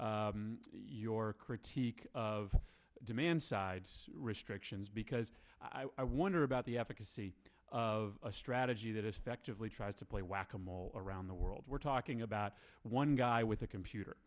hear your critique of demand side restrictions because i wonder about the efficacy of a strategy that effectively tries to play whack a mole around the world we're talking about one guy with a computer